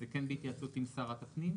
זה כן בהתייעצות עם שרת הפנים?